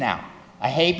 now i hate